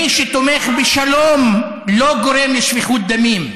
רק מי, מי שתומך בשלום לא גורם לשפיכות דמים.